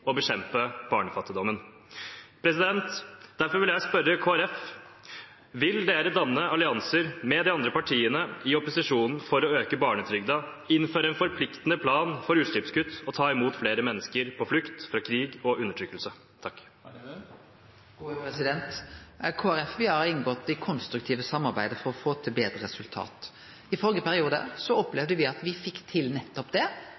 og bekjempe barnefattigdommen. Derfor vil jeg spørre Kristelig Folkeparti: Vil de danne allianser med de andre partiene i opposisjonen for å øke barnetrygden, innføre en forpliktende plan for utslippskutt og ta imot flere mennesker på flukt fra krig og undertrykkelse? Kristeleg Folkeparti har inngått i konstruktive samarbeid for å få til betre resultat. I førre periode opplevde me at me fekk til nettopp det